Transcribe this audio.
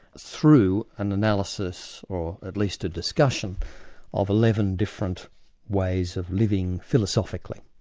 through an analysis or at least a discussion of eleven different ways of living philosophically.